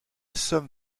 somme